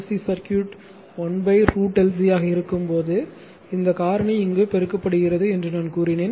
C circuit 1 √LC ஆக இருக்கும்போது இந்த காரணி இங்கு பெருக்கப்படுகிறது என்று நான் கூறினேன்